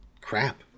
crap